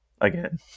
again